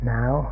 now